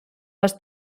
les